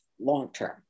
long-term